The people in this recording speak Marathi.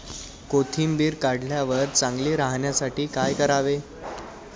कोथिंबीर काढल्यावर चांगली राहण्यासाठी काय करावे?